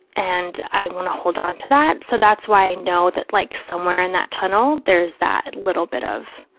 and i want to hold on to that, so that's why i know that like somewhere in that tunnel there's that little bit of